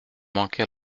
manqué